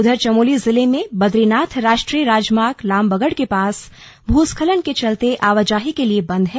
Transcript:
उधर चमोली जिले में बदरीनाथ राष्ट्रीय राजमार्ग लामबगड़ के पास भूस्खलन के चलते आवाजाही के लिए बंद है